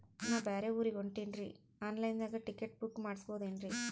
ನಾ ಬ್ಯಾರೆ ಊರಿಗೆ ಹೊಂಟಿನ್ರಿ ಆನ್ ಲೈನ್ ದಾಗ ಟಿಕೆಟ ಬುಕ್ಕ ಮಾಡಸ್ಬೋದೇನ್ರಿ?